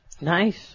Nice